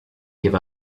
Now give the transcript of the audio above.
give